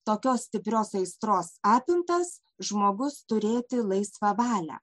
tokios stiprios aistros apimtas žmogus turėti laisvą valią